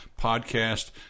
podcast